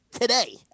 today